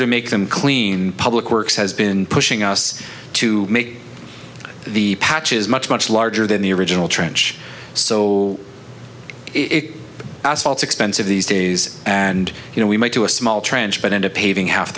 to make them clean public works has been pushing us to make the patches much much larger than the original tranche so it asphalt expensive these days and you know we might do a small tranche but into paving half